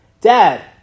Dad